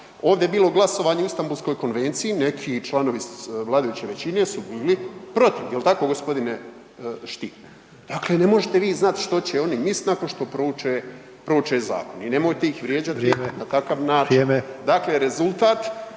Ovdje je bilo glasanje o Istambulskoj konvenciji, neki članovi vladajuće većine su bili protiv. Jel tako gospodine Stier? Dakle, ne možete vi znati što će oni misliti nakon što prouče zakon i nemojte ih vrijeđati na takav način. **Sanader, Ante